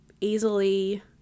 easily